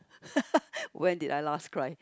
when did I last cry